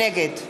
נגד